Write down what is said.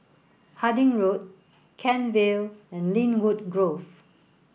Harding Road Kent Vale and Lynwood Grove